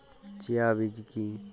Chia বীজ কী?